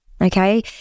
Okay